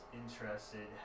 interested